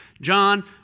John